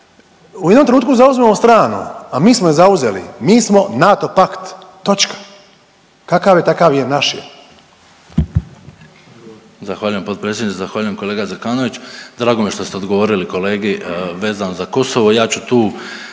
U jednom trenutku zauzmemo stranu, a mi smo je zauzeli, mi smo NATO pakt i točka, kakav je takav je, naš je.